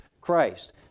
Christ